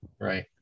Right